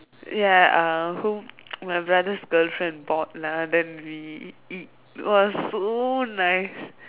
ya ah who my brother's girlfriend bought lah then we eat !wah! so nice